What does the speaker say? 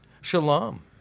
Shalom